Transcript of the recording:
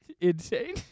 Insane